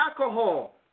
alcohol